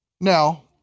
Now